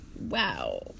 Wow